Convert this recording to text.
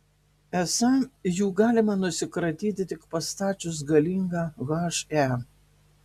esą jų galima nusikratyti tik pastačius galingą he